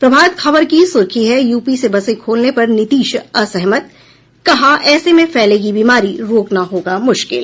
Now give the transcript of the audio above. प्रभात खबर की सुर्खी है यूपी से बसें खोलने पर नीतीश असहमत कहा ऐसे में फैलेगी बीमारी रोकना होगा मुश्किल